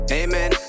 amen